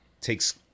takes